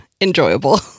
enjoyable